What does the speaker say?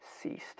ceased